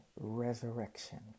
Resurrection